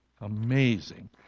amazing